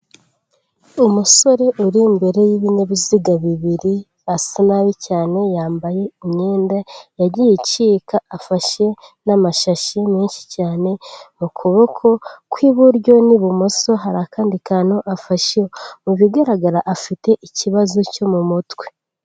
Umusore uri imbere y'ibinyabiziga bibiri, asa nabi cyane yambaye imyenda yagiye icika, afashe n'amashashi menshi cyane mu kuboko kw'iburyo n'ibumoso, hari akandi kantu afashe, mu bigaragara afite ikibazo cyo mu mutwe.